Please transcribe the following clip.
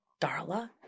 Darla